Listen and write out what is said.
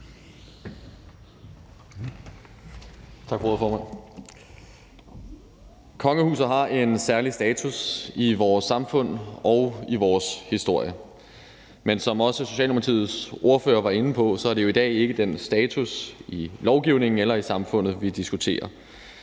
Tak for ordet, formand. Kongehuset har en særlig status i vores samfund og i vores historie. Men som også Socialdemokratiets ordfører var inde på, er det jo i dag ikke den status i lovgivningen eller i samfundet, vi diskuterer.